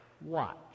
Watch